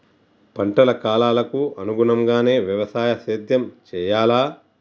పంటల కాలాలకు అనుగుణంగానే వ్యవసాయ సేద్యం చెయ్యాలా?